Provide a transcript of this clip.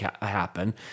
happen